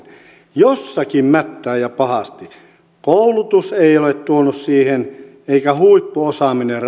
jossakin mättää ja pahasti koulutus ei ole tuonut siihen ratkaisua eikä huippuosaaminen